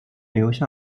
留下